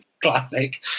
classic